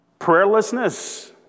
Prayerlessness